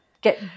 get